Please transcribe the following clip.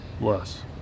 Less